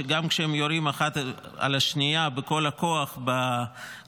שגם כשהן יורות אחת על השנייה בכל הכוח בכל